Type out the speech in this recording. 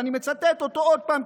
ואני מצטט אותו עוד פעם,